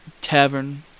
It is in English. tavern